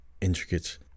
intricate